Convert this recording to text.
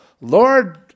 Lord